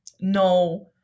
No